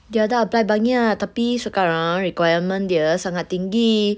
dia ada apply banyak tapi sekarang requirement dia sangat tinggi